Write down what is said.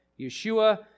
Yeshua